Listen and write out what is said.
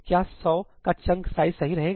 क्या 100 का chunk size सही रहेगा